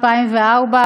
2004,